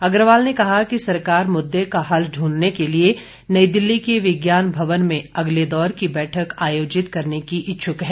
अग्रवाल ने कहा कि सरकार मुद्दे का हल ढूंढने के लिए नई दिल्ली के विज्ञान भवन में अगले दौर की बैठक आयोजित करने की इच्छुक है